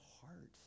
heart